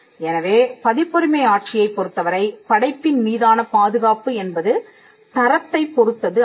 எனவே பதிப்புரிமை ஆட்சியைப் பொறுத்தவரை படைப்பின் மீதான பாதுகாப்பு என்பது தரத்தைப் பொறுத்தது அல்ல